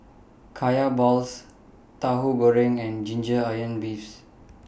Kaya Balls Tauhu Goreng and Ginger Onions beefs